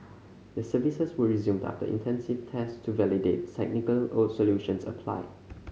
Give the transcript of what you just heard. the services were resumed after intensive tests to validate the technical solutions applied